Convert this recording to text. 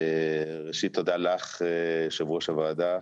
ראשית, תודה לך, יושבת ראש הוועדה,